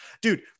dude